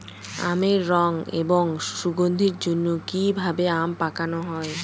আমের রং এবং সুগন্ধির জন্য কি ভাবে আম পাকানো হয়?